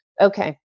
Okay